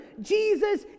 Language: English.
Jesus